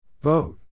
Vote